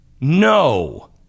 no